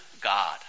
God